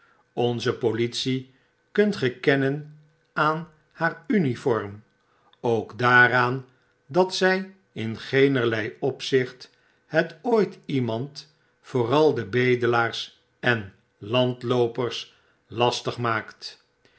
onze politie kunt ge kennen aan haar uniform ook daaraan dat zy in geenerlei opzicht het ooit iemand vooral de bedelaars en landloopers lastig maakt